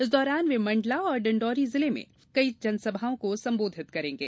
इस दौरान वे मंडला और डिंडोरी जिले में कई सभाओं को संबोधित करेंगे